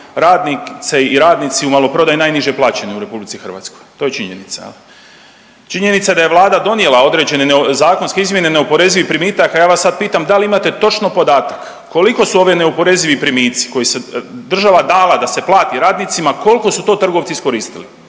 radnice i radnici u maloprodaji najniže plaćeni u RH, to je činjenica jel. Činjenica je da je Vlada donijela određene zakonske izmjene, neoporezivi primitak, a ja vas sad pitam dal imate točno podatak koliko su ovi neoporezivi primici koji se država dala da se plati radnicima, kolko su to trgovci iskoristili?